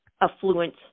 affluent